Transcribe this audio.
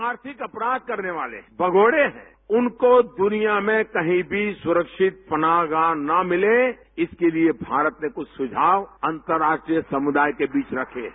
जो आर्थिक अपराध करने वाले हैं मगौड़े हैं उनको दुनिया में कहीं भी सुरक्षित पनाहगाह न मिले इसके लिए भारत ने कुछ सुझाव अंतर्ताष्ट्रीय समुदाय के बीच रखे हैं